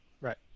right